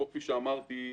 כמו שאמרתי,